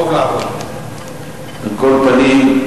על כל פנים,